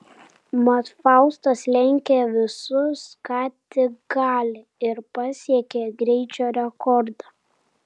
mat faustas lenkia visus ką tik gali ir pasiekia greičio rekordą